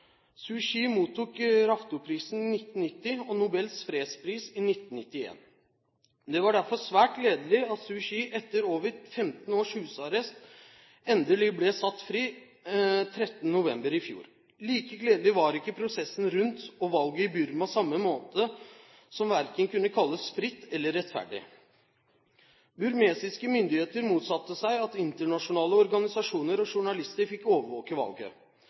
mottok Raftoprisen i 1990 og Nobels fredspris i 1991. Det var derfor svært gledelig at Suu Kyi etter over 15 års husarrest endelig ble satt fri den 13. november i fjor. Like gledelig var ikke prosessen rundt og valget i Burma samme måned, som verken kunne kalles fritt eller rettferdig. Burmesiske myndigheter motsatte seg at internasjonale organisasjoner og journalister fikk overvåke valget.